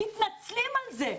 מתנצלים על זה.